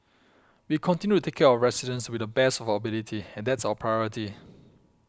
we continue to take care of our residents to the best of our ability and that's our priority